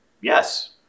yes